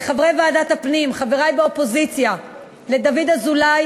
לחברי ועדת הפנים, חברי באופוזיציה, לדוד אזולאי